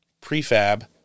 prefab